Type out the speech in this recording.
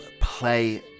play